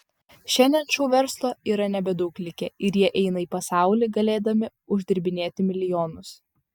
šiandien šou verslo yra nebedaug likę ir jie eina į pasaulį galėdami uždirbinėti milijonus